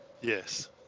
Yes